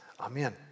Amen